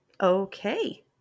okay